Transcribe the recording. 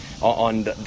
on